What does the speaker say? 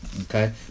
Okay